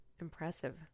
Impressive